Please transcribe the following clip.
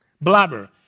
Blabber